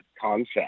concept